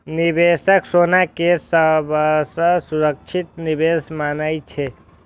निवेशक सोना कें सबसं सुरक्षित निवेश मानै छै